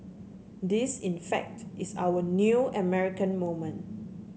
Nthis in fact is our new American moment